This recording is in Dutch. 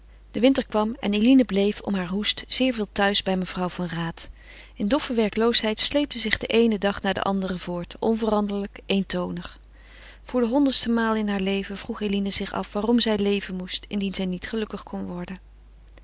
de winter kwam en eline bleef om haren hoest zeer veel thuis bij mevrouw van raat in doffe werkeloosheid sleepte zich de eene dag na den anderen voort onveranderlijk eentonig voor de honderdste maal in haar leven vroeg eline zich af waarom zij leven moest indien zij niet gelukkig kon worden